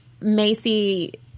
Macy